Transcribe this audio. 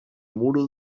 muro